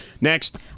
Next